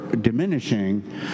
diminishing